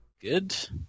Good